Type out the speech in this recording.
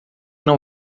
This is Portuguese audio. não